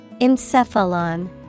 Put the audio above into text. Encephalon